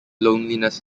loneliness